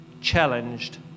challenged